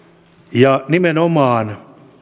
ja nimenomaan